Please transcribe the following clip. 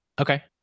Okay